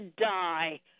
die